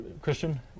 Christian